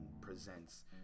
presents